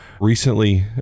recently